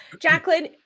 Jacqueline